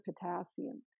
potassium